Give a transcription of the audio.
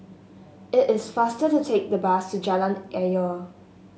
it is faster to take the bus to Jalan Ayer